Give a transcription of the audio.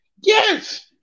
Yes